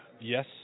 yes